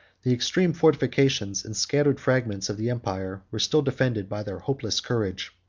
the extreme fortifications, and scattered fragments of the empire, were still defended by their hopeless courage.